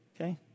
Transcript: Okay